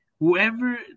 Whoever